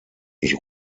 ich